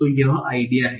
तो यह आइडिया है